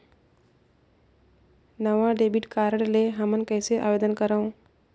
नवा debit card ले हमन कइसे आवेदन करंव?